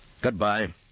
Goodbye